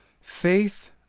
faith